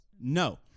No